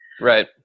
right